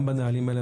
גם בנהלים האלה.